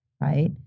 Right